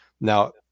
Now